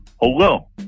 Hello